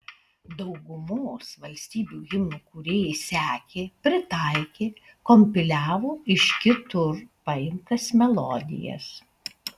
daugumos valstybių himnų kūrėjai sekė pritaikė kompiliavo iš kitur paimtas melodijas